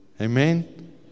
Amen